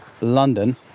London